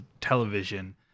television